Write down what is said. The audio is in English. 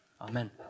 amen